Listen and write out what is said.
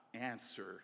answer